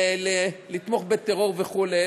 לתמוך בטרור וכו',